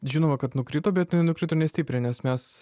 žinoma kad nukrito bet jinai nukrito nestipriai nes mes